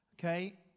Okay